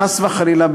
חס וחלילה,